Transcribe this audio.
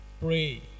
pray